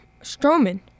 Strowman